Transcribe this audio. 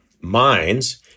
minds